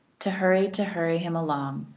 to hurry, to hurry him along,